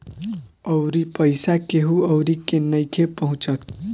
अउरी पईसा केहु अउरी के नइखे पहुचत